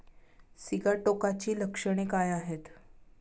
सिगाटोकाची लक्षणे काय आहेत?